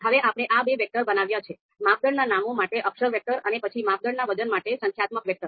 હવે આપણે આ બે વેક્ટર બનાવ્યા છે માપદંડના નામો માટે અક્ષર વેક્ટર અને પછી માપદંડના વજન માટે સંખ્યાત્મક વેક્ટર